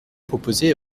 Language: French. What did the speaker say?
proposé